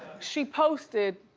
she posted,